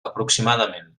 aproximadament